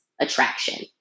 attraction